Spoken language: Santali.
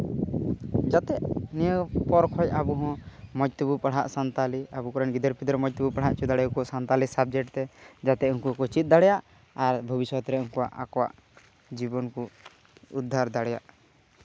ᱡᱟᱛᱮ ᱱᱤᱭᱟᱹ ᱯᱚᱨ ᱠᱷᱚᱡ ᱟᱵᱚ ᱦᱚᱸ ᱢᱚᱡᱽ ᱛᱮᱵᱚᱱ ᱯᱟᱲᱦᱟᱜ ᱥᱟᱱᱛᱟᱲᱤ ᱟᱵᱚ ᱠᱚᱨᱮᱱ ᱜᱤᱫᱟᱹᱨᱼᱯᱤᱫᱟᱹᱨ ᱢᱚᱡᱽ ᱛᱮᱵᱚᱱ ᱯᱟᱲᱦᱟᱣ ᱦᱚᱪᱚ ᱫᱟᱲᱮ ᱟᱠᱚ ᱥᱟᱱᱛᱟᱲᱤ ᱥᱟᱵᱽᱡᱮᱠᱴ ᱛᱮ ᱡᱟᱛᱮ ᱩᱱᱠᱩ ᱠᱚ ᱪᱮᱫ ᱫᱟᱲᱮᱭᱟᱜ ᱟᱨ ᱵᱷᱚᱵᱤᱥᱚᱛ ᱨᱮ ᱩᱱᱠᱩᱣᱟᱜ ᱟᱠᱚᱣᱟᱜ ᱡᱤᱵᱚᱱ ᱠᱚ ᱩᱫᱽᱫᱷᱟᱹᱨ ᱫᱟᱲᱮᱭᱟᱜ